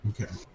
Okay